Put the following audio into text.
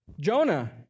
Jonah